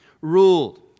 ruled